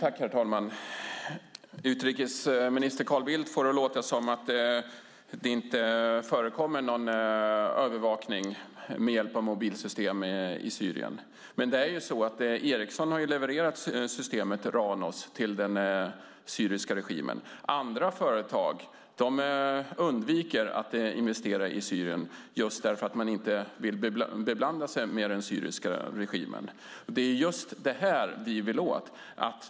Herr talman! Utrikesminister Carl Bildt får det att låta som att det inte förekommer någon övervakning med hjälp av mobilsystem i Syrien. Ericsson har levererat systemet Ranos till den syriska regimen. Andra företag undviker att investera i Syrien just därför att de inte vill beblanda sig med den syriska regimen. Det är detta vi vill åt.